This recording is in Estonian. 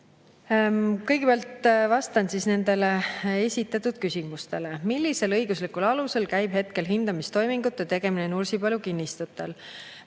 Kõigepealt vastan esitatud küsimustele. "Millisel õiguslikul alusel käib hetkel hindamistoimingute tegemine Nursipalu kinnistutel?"